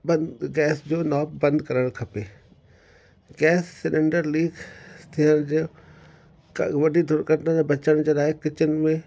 बंदि गैस जो नॉब बंदि करणु खपे गैस सिलेंडर लीक थियणु जो का वॾी दुर्घटना खां बचण जे लाइ किचन में